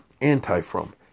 anti-from